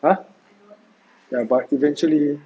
!huh! ya but eventually